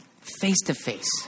face-to-face